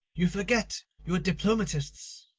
you forget you are diplomatists.